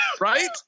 right